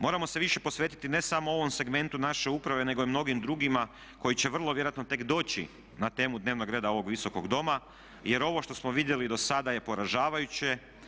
Moramo se više posvetiti ne samo ovom segmentu naše uprave, nego i mnogim drugima koji će vrlo vjerojatno tek doći na temu dnevnog reda ovog Visokog doma, jer ovo što smo vidjeli do sada je poražavajuće.